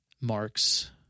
marks